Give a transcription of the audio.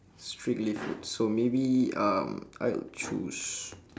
strictly food so maybe um I would choose